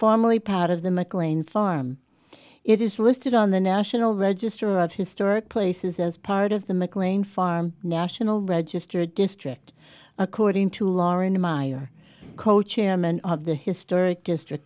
formally part of the mclean farm it is listed on the national register of historic places as part of the mclean farm national register district according to loren meyer cochairman of the historic district